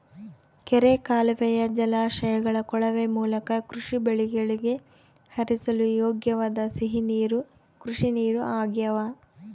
ಕೆರೆ ಕಾಲುವೆಯ ಜಲಾಶಯಗಳ ಕೊಳವೆ ಮೂಲಕ ಕೃಷಿ ಬೆಳೆಗಳಿಗೆ ಹರಿಸಲು ಯೋಗ್ಯವಾದ ಸಿಹಿ ನೀರು ಕೃಷಿನೀರು ಆಗ್ಯಾವ